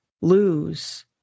lose